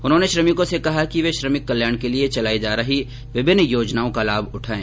उन्होंने श्रमिकों से कहा कि वे श्रमिक कल्याण के लिये चलाई जा रही विभिन्न योजनाओं का लाभ उठायें